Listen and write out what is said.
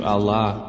Allah